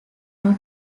not